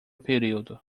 período